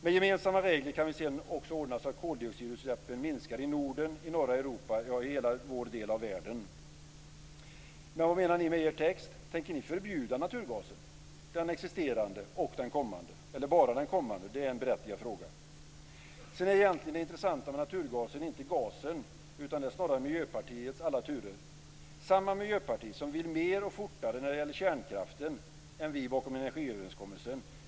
Med gemensamma regler kan vi sedan också ordna så att koldioxidutsläppen minskar i Norden, i norra Europa, ja, i hela vår del av världen. Men vad menar ni med er text? Tänker ni förbjuda naturgasen, den existerande och den kommande eller bara den kommande? Det är en berättigad fråga. Det intressanta med naturgasen är egentligen inte gasen utan snarare Miljöpartiets alla turer. Miljöpartiet vill mer och fortare när det gäller kärnkraften än vi som står bakom energiöverenskommelsen.